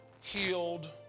healed